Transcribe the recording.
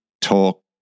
talk